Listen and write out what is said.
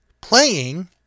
playing